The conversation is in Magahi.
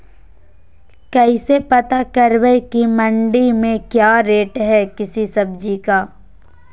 कैसे पता करब की मंडी में क्या रेट है किसी सब्जी का?